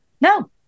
No